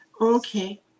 Okay